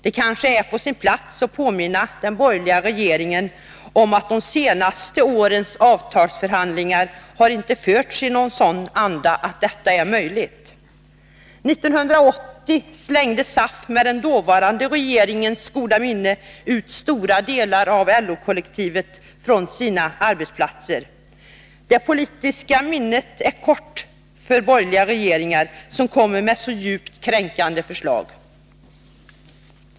Det är kanske på sin plats att påminna den borgerliga regeringen om att de senaste årens avtalsförhandlingar inte har förts i en sådan anda att detta är möjligt. 1980 slängde SAF med den dåvarande regeringens goda minne ut stora delar av LO-kollektivet från sina arbetsplatser. Det politiska minnet är kort för borgerliga regeringar — att döma av detta djupt kränkande förslag.